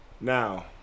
Now